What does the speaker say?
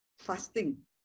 Fasting